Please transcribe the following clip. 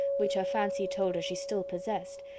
which her fancy told her she still possessed,